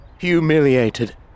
Humiliated